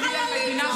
החללים,